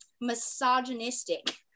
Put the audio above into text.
misogynistic